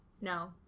no